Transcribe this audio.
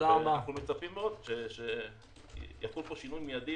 אנחנו מצפים שיחול פה שינוי מידי